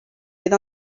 fydd